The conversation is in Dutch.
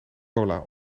cola